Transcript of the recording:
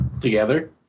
together